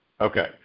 Okay